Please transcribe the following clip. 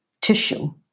tissue